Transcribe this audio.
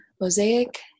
Mosaic